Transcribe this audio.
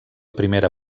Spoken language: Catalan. primera